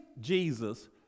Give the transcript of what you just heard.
Jesus